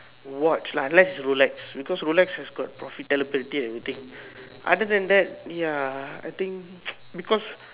watch lah unless is Rolex because Rolex has got profitability and everything other than that ya I think because